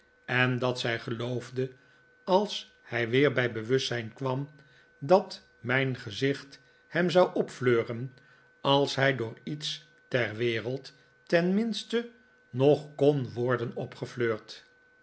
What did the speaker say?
en dat zij geloofde als hij weer bij bewustzijn kwam dat mijn gezicht hem zou opfleuren als hij door iets ter wereld tenminste nog kon worden opgefleurd